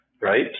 Right